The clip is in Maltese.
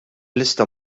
lista